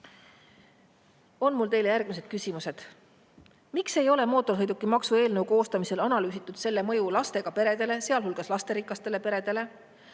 on mul teile järgmised küsimused. Miks ei ole mootorsõidukimaksu eelnõu koostamisel analüüsitud selle mõju lastega peredele, sealhulgas lasterikastele peredele?